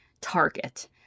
target